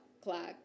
clock